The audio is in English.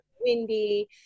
windy